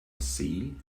see